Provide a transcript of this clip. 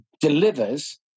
delivers